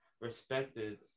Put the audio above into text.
respected